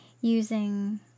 using